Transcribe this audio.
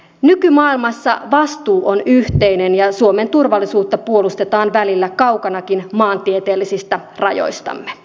nykymaailmassa vastuu on yhteinen ja suomen turvallisuutta puolustetaan välillä kaukanakin maantieteellisistä rajoistamme